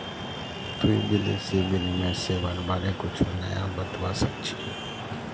तुई विदेशी विनिमय सेवाआर बारे कुछु नया बतावा सक छी